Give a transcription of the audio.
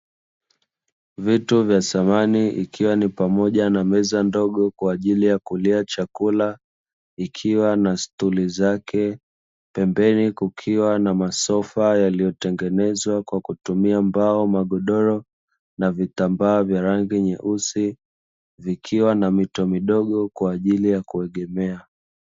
Duka la samani likiwa ni pamoja na meza ndogo kwa ajili ya kulia chakula ikiwa nasituli zake pembeni kukiwa na masofa yaliyotengenezwa kwa kutumia mbao magodoro na vitambaa vya rangi nyeusi zikiwa na mito midogo kwa ajili ya kuegemea.